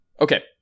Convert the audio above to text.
Okay